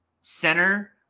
Center